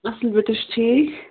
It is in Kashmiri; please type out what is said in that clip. اَصٕل پٲٹھۍ تُہۍ چھُو ٹھیٖک